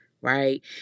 right